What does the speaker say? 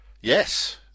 Yes